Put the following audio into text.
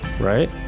right